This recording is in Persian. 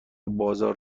بازار